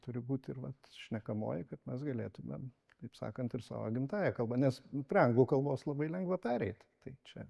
turi būt ir vat šnekamoji kad mes galėtumėm taip sakant ir savo gimtąja kalba nes prie anglų kalbos labai lengva pereit tai čia